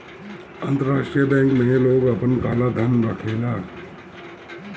अंतरराष्ट्रीय बैंक में लोग आपन काला धन रखेला